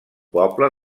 poble